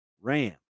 Ram